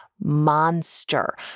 monster